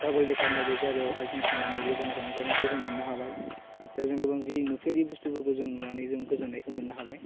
दाबल टेकार नायबाय जायगायावहा जों थांनानै गोबां रंजानायखौ जों मोननो हाबाय जेराव जों गोबां जि नुफेरि बुस्तुफोरखौ जों नुनानै जों गोजोननायखौ मोननो हाबाय